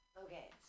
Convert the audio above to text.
Okay